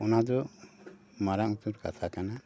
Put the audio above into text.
ᱚᱱᱟ ᱫᱚ ᱢᱟᱨᱟᱝ ᱩᱛᱟᱹᱨ ᱠᱟᱛᱷᱟ ᱠᱟᱱᱟ